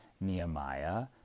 Nehemiah